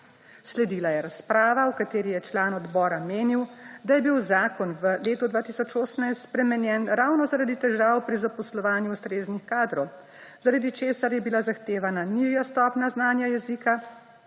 Sledila je razprava, v kateri je član odbora menil, da je bil zakon v letu 2018 spremenjen ravno zaradi težav pri zaposlovanju ustreznih kadrov, zaradi česar je bila zahtevana nižja stopnja znanja jezika,